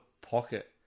pocket